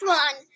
one